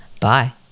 Bye